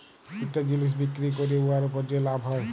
ইকটা জিলিস বিক্কিরি ক্যইরে উয়ার উপর যে লাভ হ্যয়